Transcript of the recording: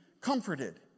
comforted